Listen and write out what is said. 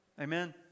Amen